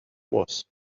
was